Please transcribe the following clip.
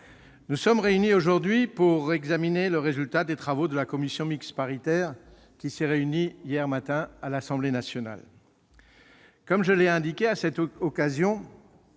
nous sommes réunis aujourd'hui pour examiner le résultat des travaux de la commission mixte paritaire qui s'est tenue hier matin à l'Assemblée nationale. Comme je l'ai indiqué à cette occasion,